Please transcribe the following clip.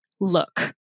look